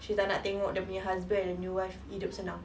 she tak nak tengok dia punya husband and new wife hidup senang